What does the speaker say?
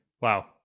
wow